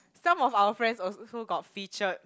some of our friends also got featured